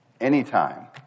anytime